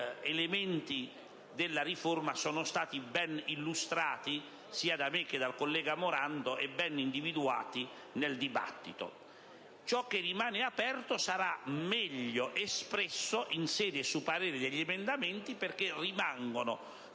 gli elementi della riforma sono stati ben illustrati sia da me che dal collega Morando e ben individuati nel dibattito. Ciò che rimane aperto sarà meglio espresso in sede di parere sugli emendamenti, perché rimangono dei